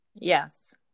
Yes